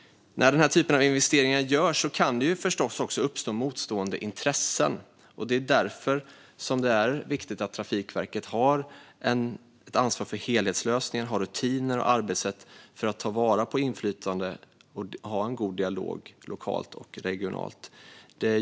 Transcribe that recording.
När denna typ av investeringar görs kan det förstås uppstå motstående intressen. Det är därför det är viktigt att Trafikverket har ansvar för helhetslösningar och har rutiner och arbetssätt för att ta vara på inflytande och ha en god dialog lokalt och regionalt.